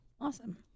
Awesome